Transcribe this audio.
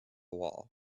wall